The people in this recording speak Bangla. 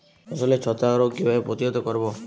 ফসলের ছত্রাক রোগ কিভাবে প্রতিহত করব?